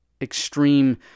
extreme